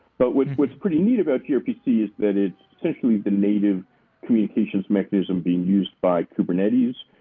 but what's what's pretty neat about grpc is that it's potentially the native communications mechanism being used by kubernetes.